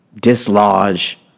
dislodge